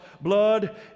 blood